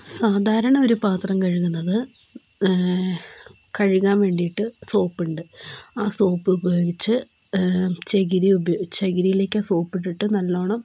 സാധാരണ ഒരു പാത്രം കഴുകുന്നത് കഴുകാൻ വേണ്ടിയിട്ട് സോപ്പുണ്ട് ആ സോപ്പുപയോഗിച്ച് ചകിരി ചകിരിയിലേയ്ക്ക് ആ സോപ്പിട്ടിട്ട് നല്ലോണം